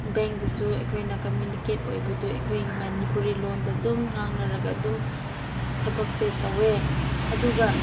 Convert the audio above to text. ꯕꯦꯡꯛꯗꯁꯨ ꯑꯩꯈꯣꯏꯅ ꯀꯃ꯭ꯌꯨꯅꯤꯀꯦꯠ ꯑꯣꯏꯕꯗꯨ ꯑꯩꯈꯣꯏꯒꯤ ꯃꯅꯤꯄꯨꯔꯤ ꯂꯣꯟꯗ ꯑꯗꯨꯝ ꯉꯥꯡꯅꯔꯒ ꯑꯗꯨꯝ ꯊꯕꯛꯁꯦ ꯇꯧꯋꯦ ꯑꯗꯨꯒ